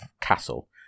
Castle